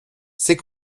c’est